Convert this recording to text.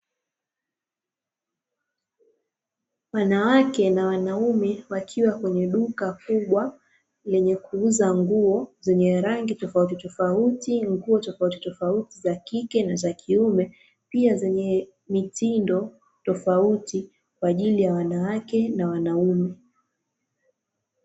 Wanawake na wanaume wakiwa kwenye duka kubwa, lenye kuuza nguo, zenye rangi tofautitofauti, nguo tofautitofauti za kike na za kiume, pia zenye mitindo tofauti, kwaajili ya wanawake na wanaume.